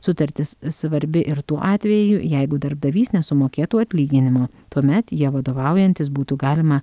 sutartis svarbi ir tuo atveju jeigu darbdavys nesumokėtų atlyginimo tuomet ja vadovaujantis būtų galima